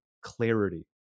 clarity